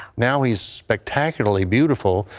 now he's spectacularly beautiful.